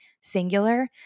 singular